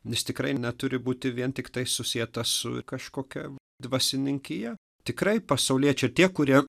jis tikrai neturi būti vien tiktai susieta su kažkokia dvasininkija tikrai pasauliečiai tie kurie